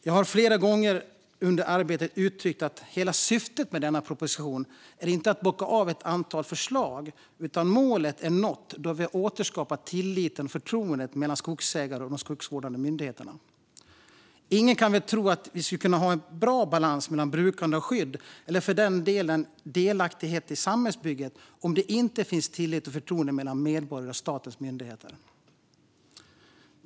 Jag har flera gånger under arbetet uttryckt att syftet med denna proposition inte är att bocka av ett antal förslag, utan målet är nått då vi har återskapat tilliten och förtroendet mellan skogsägare och de skogsvårdande myndigheterna. Ingen kan väl tro att vi ska kunna ha en bra balans mellan brukande och skydd eller för den delen delaktighet i samhällsbygget om det inte finns tillit och förtroende mellan medborgare och statens myndigheter?